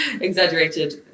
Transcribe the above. exaggerated